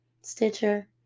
Stitcher